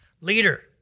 Leader